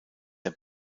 der